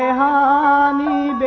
ah da um